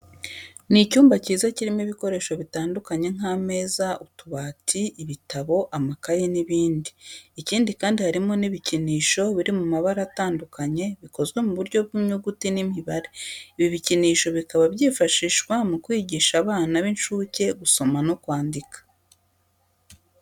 Ni icyumba cyiza kirimo ibikoresho bitandukanye nk'ameza, utubati, ibitabo, amakayi n'ibindi. Ikindi kandi, harimo n'ibikinisho biri mu mabara atandukanye, bikozwe mu buryo bw'inyuguti n'imibare. Ibi bikinisho bikaba byifashishwa mu kwigisha abana b'incuke gusoma no kwandika.